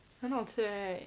很好吃 right